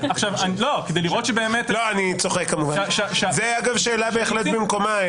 זה אגב שאלה בהחלט במקומה,